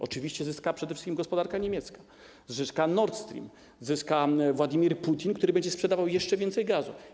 Oczywiście zyska przede wszystkim gospodarka niemiecka, zyska Nord Stream, zyska Władimir Putin, który będzie sprzedawał jeszcze więcej gazu.